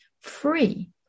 free